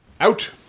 Out